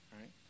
right